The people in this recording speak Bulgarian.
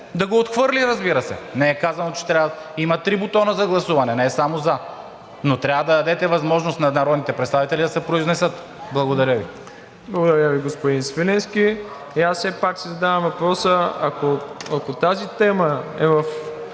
да го отхвърли, разбира се. Не е казано, че трябва… Има три бутона за гласуване, не е само за, но трябва да дадете възможност на народните представители да се произнесат. Благодаря Ви. ПРЕДСЕДАТЕЛ МИРОСЛАВ ИВАНОВ: Благодаря Ви, господин Свиленски. Аз все пак си задавам въпроса: ако тази тема е в